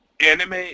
Anime